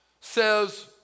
says